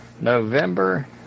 November